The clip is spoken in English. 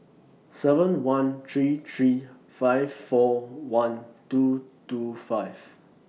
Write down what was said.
seven one three three five four one two two five